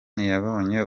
yabonye